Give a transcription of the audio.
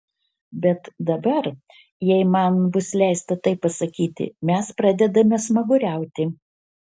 bet dabar jei man bus leista taip pasakyti mes pradedame smaguriauti